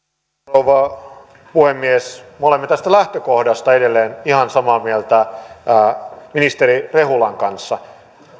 rouva puhemies me olemme tästä lähtökohdasta edelleen ihan samaa mieltä ministeri rehulan kanssa